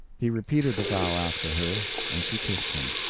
he repeated the vow after her, and she kissed him.